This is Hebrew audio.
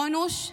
רונוש,